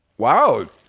Wow